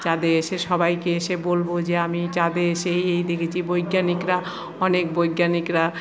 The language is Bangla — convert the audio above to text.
চাঁদে এসে সবাইকে এসে বলবো যে আমি চাঁদে এসে এই দেখেছি বৈজ্ঞানিকরা অনেক বৈজ্ঞানিকরা